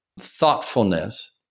thoughtfulness